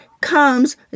comes